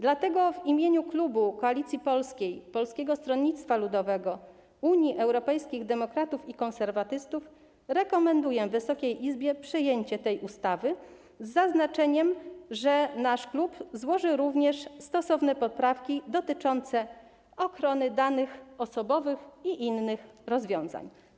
Dlatego w imieniu klubu Koalicji Polskiej - Polskiego Stronnictwa Ludowego, Unii Europejskich Demokratów i Konserwatystów rekomenduję Wysokiej Izbie przyjęcie tej ustawy z zaznaczeniem, że nasz klub złoży również stosowne poprawki dotyczące ochrony danych osobowych i innych rozwiązań.